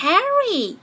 Harry